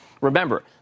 Remember